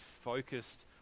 focused